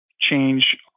change